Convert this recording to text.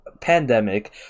pandemic